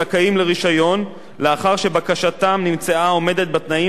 לאחר שבקשתם נמצאה עומדת בתנאים וזכו בתהליך תחרותי,